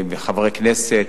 מחברי כנסת,